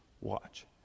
watch